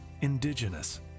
indigenous